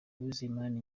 uwizeyimana